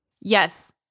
Yes